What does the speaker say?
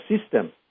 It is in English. system